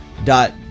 dot